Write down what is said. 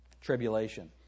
Tribulation